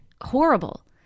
horrible